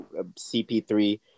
CP3